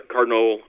Cardinal